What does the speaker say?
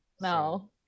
No